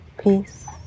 peace